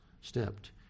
stepped